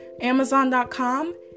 amazon.com